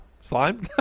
Slime